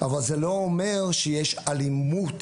אבל זה לא אומר שיש אלימות